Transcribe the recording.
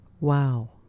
Wow